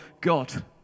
God